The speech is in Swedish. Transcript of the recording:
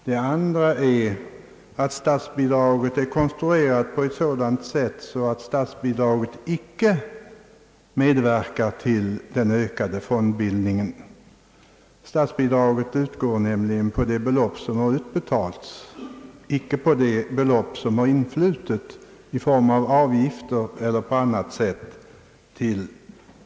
Det andra är att statsbidraget är konstruerat på ett sådant sätt att det icke medverkar till att öka fondbildningen. Statsbidrag utgår nämligen på det belopp som utbetalas, icke på det belopp som inflyter i form av avgifter eller på annat sätt.